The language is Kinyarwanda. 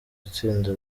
itsinda